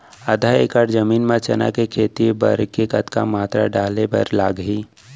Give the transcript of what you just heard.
आधा एकड़ जमीन मा चना के खेती बर के कतका मात्रा डाले बर लागही?